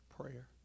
prayer